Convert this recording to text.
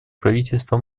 правительства